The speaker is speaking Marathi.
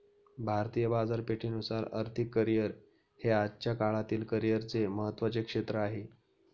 भारतीय बाजारपेठेनुसार आर्थिक करिअर हे आजच्या काळातील करिअरचे महत्त्वाचे क्षेत्र आहे